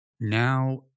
now